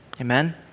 Amen